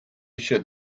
should